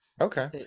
okay